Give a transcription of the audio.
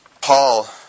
Paul